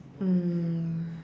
mm